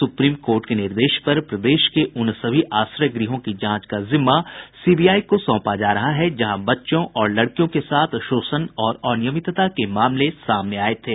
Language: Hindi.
सुप्रीम कोर्ट के निर्देश पर प्रदेश के उन सभी आश्रय गृहों की जांच का जिम्मा सीबीआई को सौंपा जा रहा है जहां बच्चों और लड़कियों के साथ शोषण और अनियमितता के मामले सामने आये थे